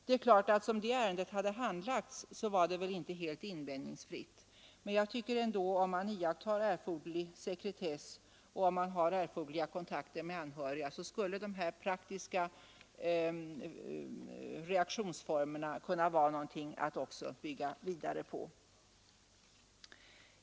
Handläggningen av det ärendet var kanske inte helt invändningsfri, men om man iakttar erforderlig sekretess och tar erforderliga kontakter med anhöriga, skulle de praktiska reaktionsformerna kunna vara något att bygga vidare på.